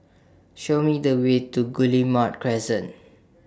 Show Me The Way to Guillemard Crescent